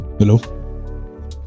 Hello